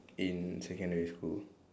in secondary school